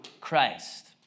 Christ